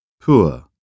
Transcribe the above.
Poor